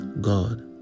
God